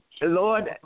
Lord